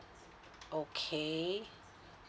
okay